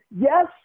yes